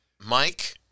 Mike